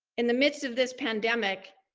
in the midst of this pandemic,